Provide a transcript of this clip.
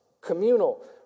Communal